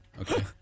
Okay